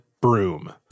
broom